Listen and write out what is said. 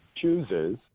chooses